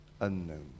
unknown